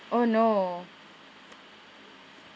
oh no